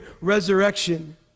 resurrection